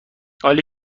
عالی